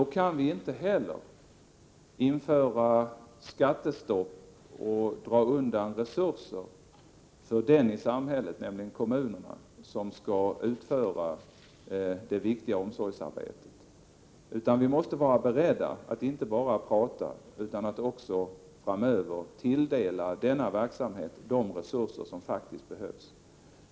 Då kan vi inte heller införa skattestopp och dra undan resurser för dem i samhället, nämligen kommunerna, som skall utföra det viktiga omsorgsarbetet. Vi måste vara beredda att inte bara prata utan också framöver tilldela denna verksamhet de resurser som faktiskt behövs.